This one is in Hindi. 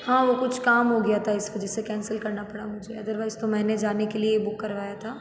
हाँ वो कुछ काम हो गया था इस वजह से कैंसल करना पड़ा मुझे अदरवाइज तो मैंने जाने के लिए ही बुक करवाया था